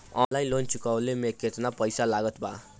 Online loan चुकवले मे केतना पईसा लागत बा?